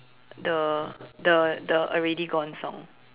the the the already gone song